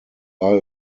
are